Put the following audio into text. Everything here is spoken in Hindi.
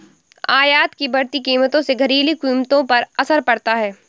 आयात की बढ़ती कीमतों से घरेलू कीमतों पर असर पड़ता है